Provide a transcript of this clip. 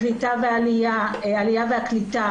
קליטה ועלייה,